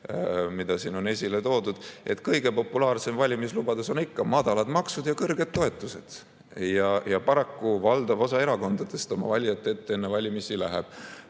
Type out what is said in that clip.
mida siin on esile toodud. Kõige populaarsem valimislubadus on ikka madalad maksud ja kõrged toetused. Ja paraku valdav osa erakondadest oma valijate ette enne valimisi